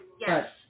Yes